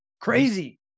crazy